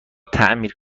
تعمیر